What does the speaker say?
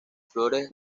flores